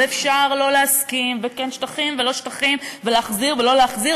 ואפשר לא להסכים וכן שטחים ולא שטחים ולהחזיר ולא להחזיר,